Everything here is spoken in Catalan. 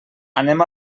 anem